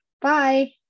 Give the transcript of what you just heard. Bye